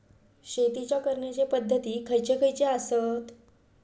शेतीच्या करण्याचे पध्दती खैचे खैचे आसत?